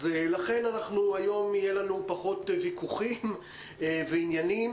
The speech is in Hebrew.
לכן יהיו לנו היום פחות ויכוחים ועניינים.